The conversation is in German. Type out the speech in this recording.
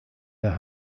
der